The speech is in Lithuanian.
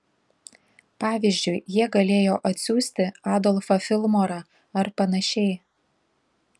pavyzdžiui jie galėjo atsiųsti adolfą filmorą ar panašiai